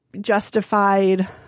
justified